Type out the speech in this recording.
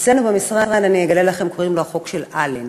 אצלנו במשרד, אגלה לכם, קוראים לו החוק של אלן.